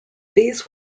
these